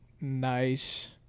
Nice